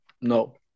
No